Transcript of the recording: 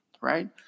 Right